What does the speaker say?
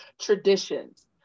traditions